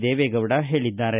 ದೇವೆಗೌಡ ಹೇಳಿದ್ದಾರೆ